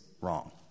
wrong